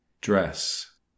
Dress